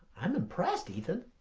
i'm impressed ethan.